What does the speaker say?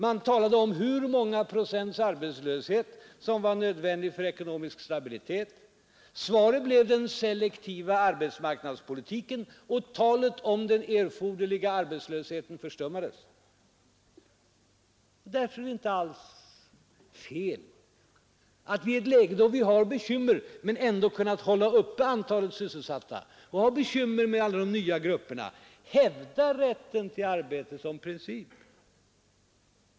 Man talade om hur många procents arbetslöshet som var nödvändig för ekonomisk stabilitet. Svaret blev den selektiva arbetsmarknadspolitiken, och talet om den erforderliga arbetslösheten förstummades. Därför är det inte alls fel att i ett läge, där vi har bekymmer med alla de nya grupperna men ändå kunnat hålla uppe antalet sysselsatta, hävda rätten till arbete som princip.